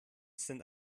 sind